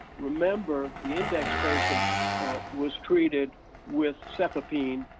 remember the index patient was treated with cefepime,